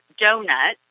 donut